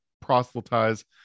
proselytize